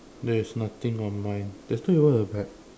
there's nothing on mine that's not even a bag